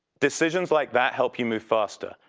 decisions like that help you move faster.